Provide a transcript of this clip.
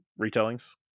retellings